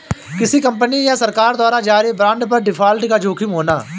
किसी कंपनी या सरकार द्वारा जारी बांड पर डिफ़ॉल्ट का जोखिम होना